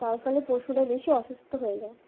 তার ফলে পশুরা বেশি অসুস্থ হয়ে যায়